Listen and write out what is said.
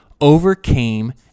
overcame